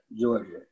Georgia